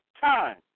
time